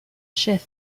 chef